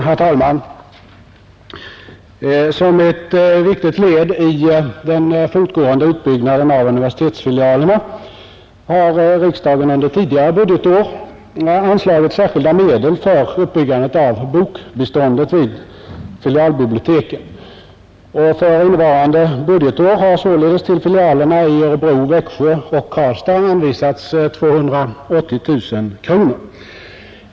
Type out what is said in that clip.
Herr talman! Som ett viktigt led i den fortgående utbyggnaden av universitetsfilialerna har riksdagen under tidigare budgetår anslagit särskilda medel för uppbyggandet av bokbeståndet vid filialbiblioteken. För innevarande budgetår har således till filialerna i Örebro, Växjö och Karlstad anvisats 280 000 kronor.